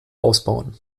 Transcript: ausbauen